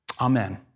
Amen